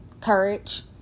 courage